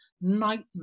nightmare